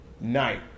night